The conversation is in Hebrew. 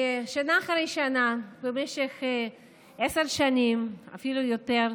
שנה אחרי שנה, במשך עשר שנים, אפילו יותר,